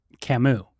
Camus